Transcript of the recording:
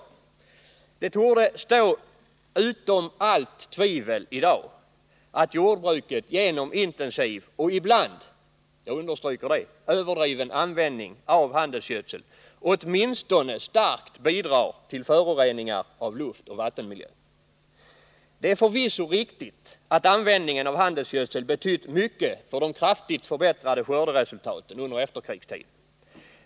21 november 1979 Det torde i dag stå utom allt tvivel att jordbruket genom intensiv och ibland — jag understryker det — överdriven användning av handelsgödsling åtminstone starkt bidrar till föroreningar av luftoch vattenmiljö. Det är förvisso riktigt att användningen av handelsgödsel betytt mycket för de kraftigt förbättrade skörderesultaten under efterkrigstiden.